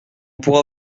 pourra